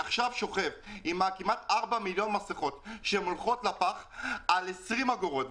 יש לו עכשיו כ-4 מיליון מסכות שהולכות לפח בגלל 20 אגורות.